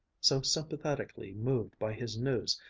so sympathetically moved by his news,